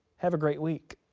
have a great week!